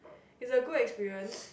is a good experience